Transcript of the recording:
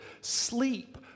sleep